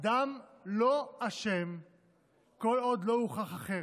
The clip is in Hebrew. אדם לא אשם כל עוד לא הוכח אחרת.